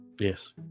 Yes